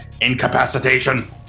incapacitation